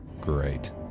Great